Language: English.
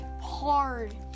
hard